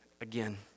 again